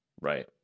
right